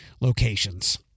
locations